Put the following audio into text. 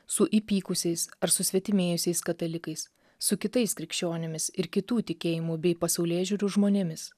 su įpykusiais ar susvetimėjusiais katalikais su kitais krikščionimis ir kitų tikėjimų bei pasaulėžiūrų žmonėmis